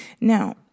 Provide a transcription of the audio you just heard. Now